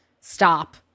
stop